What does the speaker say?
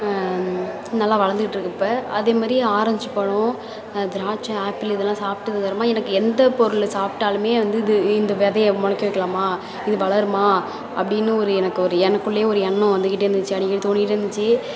நல்லா வளர்ந்துக்கிட்டு இருக்குது இப்போ அதே மாரி ஆரஞ்சு பழம் திராட்சை ஆப்பிள் இதெல்லாம் சாப்பிட்டதுக்கு அப்புறமா எனக்கு எந்த பொருள் சாப்பிட்டாலுமே வந்து இது இந்த விதைய முளைக்க வைக்கலாமா இது வளருமா அப்படின்னு ஒரு எனக்கு ஒரு எனக்குள்ளையே ஒரு எண்ணம் வந்துக்கிட்டே இருந்திச்சு அடிக்கடி தோணிக்கிட்டே இருந்திச்சு